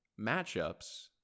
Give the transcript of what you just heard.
matchups